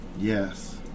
Yes